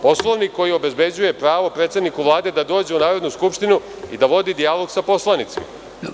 Poslovnik koji obezbeđuje pravo predsedniku Vlade da dođe u Narodnu skupštinu i da vodi dijalog sa poslanicima.